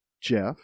Jeff